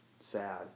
sad